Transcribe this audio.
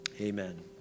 Amen